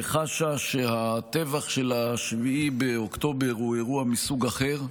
חשה שהטבח של 7 באוקטובר הוא אירוע מסוג אחר,